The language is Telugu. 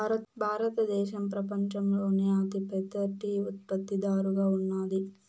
భారతదేశం పపంచంలోనే అతి పెద్ద టీ ఉత్పత్తి దారుగా ఉన్నాది